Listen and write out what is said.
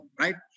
right